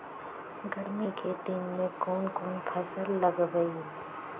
गर्मी के दिन में कौन कौन फसल लगबई?